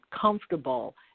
comfortable